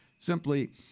simply